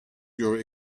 your